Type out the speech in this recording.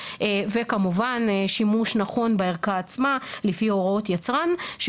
וכמובן שימוש נכון בערכה עצמה לפי הוראות היצרן.